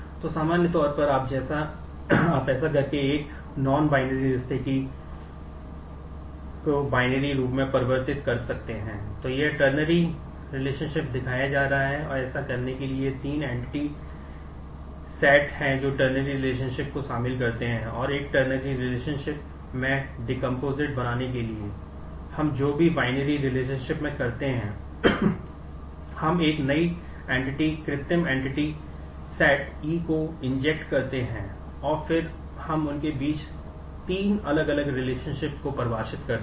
तो सामान्य तौर पर आप ऐसा करके एक नॉन बाइनरी को परिभाषित करते हैं